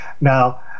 Now